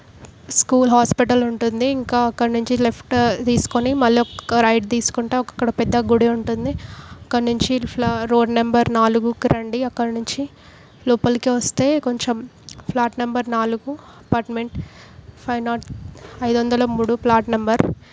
school hospital ఉంటుంది ఇంకా అక్కడ నుంచి లెఫ్ట్ తీసుకొని మళ్ళీ ఒక్క రైట్ తీసుకుంటే అక్కడ ఒక పెద్ద గుడి ఉంటుంది అక్కడ నుంచి ఫ్లా రోడ్ నెంబర్ నాలుగుకి రండి అక్కడ నుంచి లోపలికి వస్తే కొంచెం ప్లాట్ నెంబర్ నాలుగు అపార్ట్మెంట్ ఫైవ్ నాట్ ఐదు వందల మూడు ప్లాట్ నంబర్